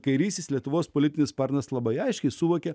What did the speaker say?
kairysis lietuvos politinis sparnas labai aiškiai suvokė